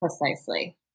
Precisely